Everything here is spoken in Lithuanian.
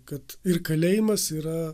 kad ir kalėjimas yra